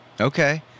Okay